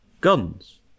guns